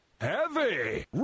Heavy